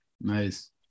Nice